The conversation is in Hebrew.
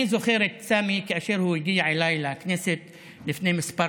אני זוכר את סמי כאשר הוא הגיע אליי לכנסת לפני כמה